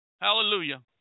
Hallelujah